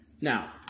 Now